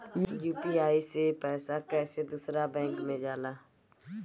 UPI से पैसा कैसे दूसरा बैंक मे जाला?